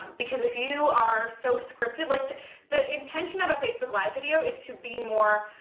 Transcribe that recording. because if you are so scripted, like, the the intention of a facebook live video is to be more